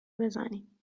بزنیم